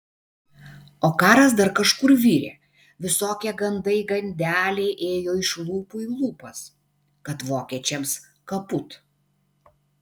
o karas dar kažkur virė visokie gandai gandeliai ėjo iš lūpų į lūpas kad vokiečiams kaput